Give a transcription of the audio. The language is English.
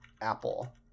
apple